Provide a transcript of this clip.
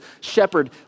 shepherd